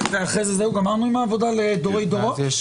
בעד, ארבעה נגד, אין